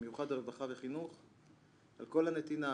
במיוחד לרווחה וחינוך על כל הנתינה,